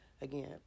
again